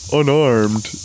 unarmed